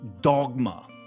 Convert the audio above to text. dogma